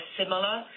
similar